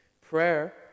Prayer